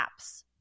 apps